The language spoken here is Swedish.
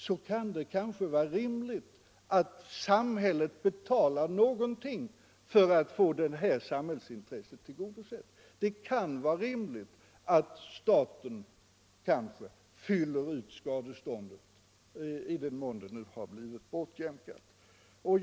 Då kan det vara rimligt att samhället betalar någonting för att få detta samhällsintresse tillgodosett och i detta fall kan det leda till att staten kanske bör fylla ut skadeståndet i den mån det blivit bortjämkat.